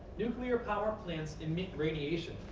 nuclear power plants emit radiation,